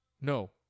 no